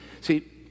see